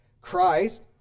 Christ